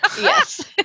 Yes